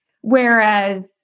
Whereas